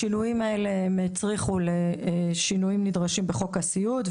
השינויים האלה יצריכו שינויים נדרשים בחוק הסיעוד,